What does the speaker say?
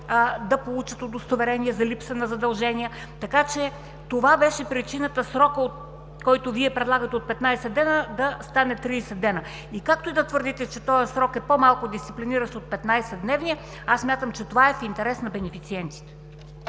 да получат удостоверение за липса на задължения. Това беше причината срокът, който Вие предлагате, от 15 дни да стане 30 дни. Както и да твърдите, че този срок е по-малко дисциплиниращ от 15-дневния, аз смятам, че това е в интерес на бенефициентите.